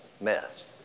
mess